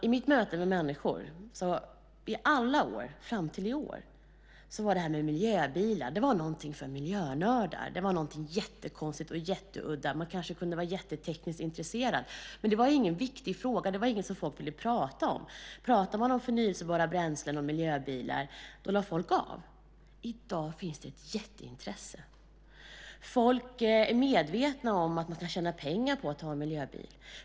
I mitt möte med människor har i alla år, fram till i år, det här med miljöbilar varit något för miljönördar och något jättekonstigt och jätteudda. Det kanske kunde vara något för den som var jättetekniskt intresserad, men det var ingen viktig fråga och ingenting som folk ville prata om. Pratade man om förnybara bränslen och miljöbilar så lade folk av. I dag finns det ett jätteintresse! Folk är medvetna om att man kan tjäna pengar på att ha en miljöbil.